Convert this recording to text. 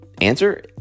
Answer